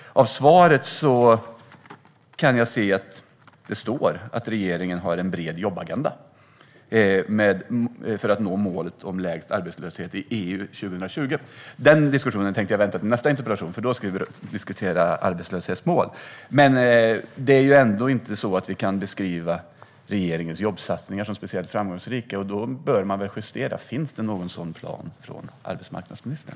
Av svaret framgår det att regeringen har en bred jobbagenda för att nå målet om lägst arbetslöshet i EU till 2020. Den diskussionen väntar jag med att ta upp i nästa interpellationsdebatt, för då ska vi diskutera arbetslöshetsmål. Men man kan ändå inte beskriva regeringens jobbsatsningar som speciellt framgångsrika, och då bör de justeras. Finns det någon sådan plan hos arbetsmarknadsministern?